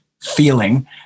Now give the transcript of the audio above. feeling